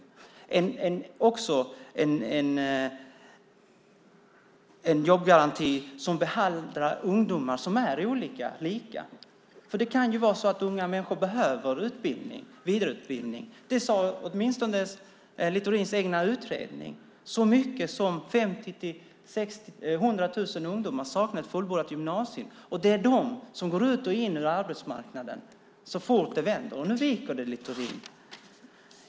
Det var också en jobbgaranti som behandlar ungdomar som är olika lika. Unga människor kan behöva vidareutbildning. Det sade åtminstone Littorins egen utredning. Så många som 50 000-100 000 ungdomar har inte fullföljt gymnasiet. Det är dessa som går ut och in på arbetsmarknaden så fort det vänder. Nu viker det, Littorin.